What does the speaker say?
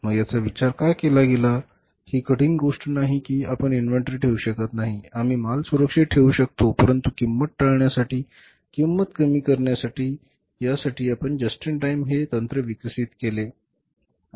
मग याचा विचार का केला गेला ही कठीण गोष्ट नाही की आपण इन्व्हेंटरी ठेवू शकत नाही आम्ही माल सुरक्षित ठेवू शकतो परंतु किंमत टाळण्यासाठी किंमत कमी करण्यासाठी यासाठी आपण जस्ट इन टाईम हे तंत्र विकसित केले